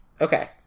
Okay